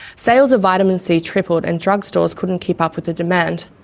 sales of vitamin c tripled, and drugstores couldn't keep up with demand.